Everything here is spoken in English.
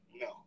No